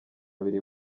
abiri